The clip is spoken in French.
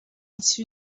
issu